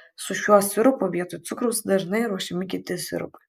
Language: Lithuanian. su šiuo sirupu vietoj cukraus dažnai ruošiami kiti sirupai